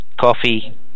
coffee